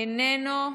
איננו.